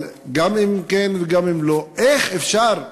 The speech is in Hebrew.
אבל גם אם כן וגם אם לא, איך אפשר,